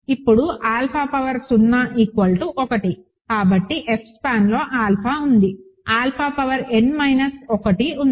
ఇప్పుడు alpha power 0 1 కాబట్టి F స్పాన్లో ఆల్ఫా ఉంది ఆల్ఫా పవర్ n మైనస్ 1 ఉంది